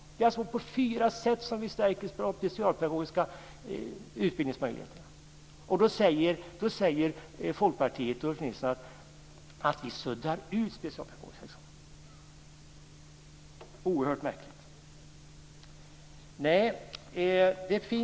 Det är alltså på fyra sätt som vi stärker de specialpedagogiska utbildningsmöjligheterna. Då säger Folkpartiet och Ulf Nilsson att vi suddar ut den specialpedagogiska examen. Oerhört märkligt.